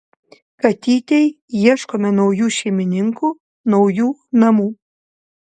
katytei ieškome naujų šeimininkų naujų namų